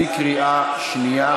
בקריאה שנייה,